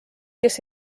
kes